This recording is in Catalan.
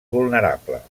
vulnerable